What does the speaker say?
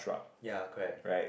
ya correct